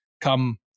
come